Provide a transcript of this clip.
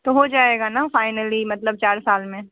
तो हो जाएगा ना फ़ाइनली मतलब चार साल में